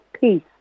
peace